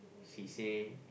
she say